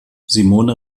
simone